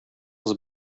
was